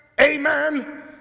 Amen